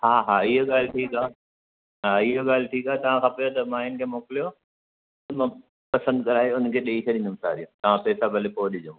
हा हा इहा ॻाल्हि ठीकु आहे हा इहा ॻाल्हि ठीकु आहे तव्हांखे खपेव त मायुनि खे मोकिलियो मां पसंदि कराए उन्हनि खे ॾेई छॾींदुमि साड़ियूं तव्हां पैसा भले पोइ ॾिजो मूंखे